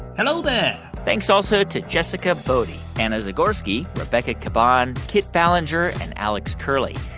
hello there thanks also to jessica boddy, anna zagorski, rebecca caban, kit ballenger and alex curley.